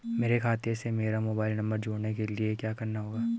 मेरे खाते से मेरा मोबाइल नम्बर जोड़ने के लिये क्या करना होगा?